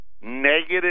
negative